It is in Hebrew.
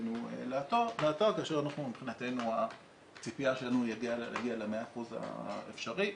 אלינו לאתר כאשר אנחנו מבחינתנו הציפייה שלנו להגיע ל-100% האפשריים.